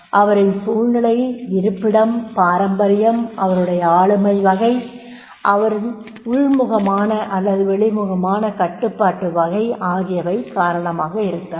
அவரின் சூழ்நிலை இருப்பிடம் பாரம்பரியம் அவருடைய ஆளுமை வகை அவரின் உள்முகமான அல்லது வெளிமுகமான கட்டுப்பாட்டு வகை ஆகியவை காரணமாக இருக்கலாம்